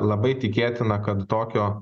labai tikėtina kad tokio